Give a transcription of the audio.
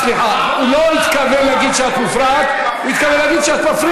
סליחה, הוא לא התכוון להגיד שאת מופרעת, הוא